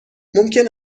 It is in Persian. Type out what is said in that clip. ممکن